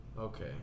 Okay